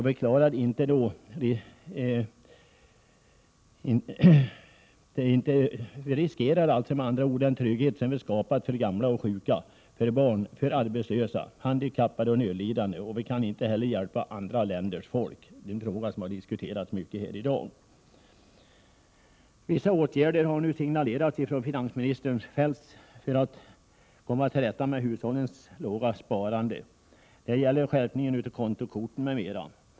Vi riskerar med andra ord den trygghet som vi skapat för gamla och sjuka, för barn, arbetslösa, handikappade och nödlidande, och vi kan inte heller hjälpa andra länders folk, en fråga som har diskuterats mycket här i dag. Vissa åtgärder har nu signalerats av finansminister Feldt för att komma till rätta med hushållens låga sparande; det gäller skärpningen i fråga om kontokorten m.m.